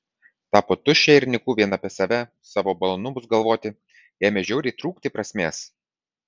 tapo tuščia ir nyku vien apie save savo malonumus galvoti ėmė žiauriai trūkti prasmės